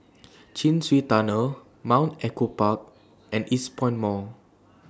Chin Swee Tunnel Mount Echo Park and Eastpoint Mall